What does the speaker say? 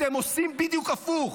אתם עושים בדיוק הפוך.